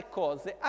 cose